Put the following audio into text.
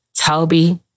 Toby